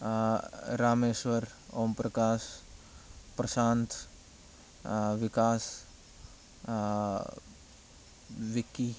Rameshwar Omprakash Prashant Vikas Vicky